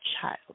child